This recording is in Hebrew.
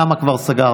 שם כבר סגרתי.